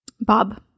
Bob